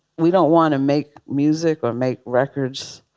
we don't want to make music or make records,